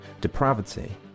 depravity